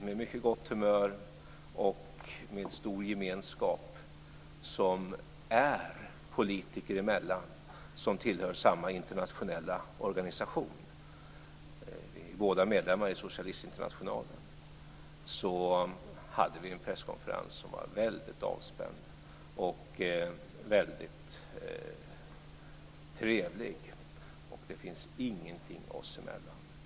Med mycket gott humör och med en stor gemenskap som är politiker emellan som tillhör samma internationella organisation - vi är båda medlemmar i Socialistinternationalen - hade vi en presskonferens som var väldigt avspänd och väldigt trevlig. Det finns ingenting ouppklarat oss emellan.